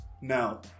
No